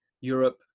Europe